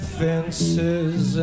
fences